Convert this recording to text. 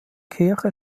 kirche